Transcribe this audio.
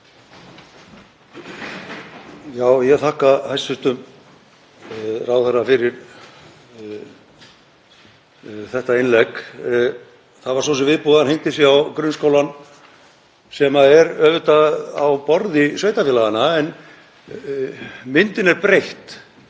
Ég þakka hæstv. ráðherra fyrir þetta innlegg. Það var svo sem viðbúið að hann hengdi sig á grunnskólann, sem er auðvitað á borði sveitarfélaganna. En myndin er breytt.